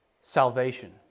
salvation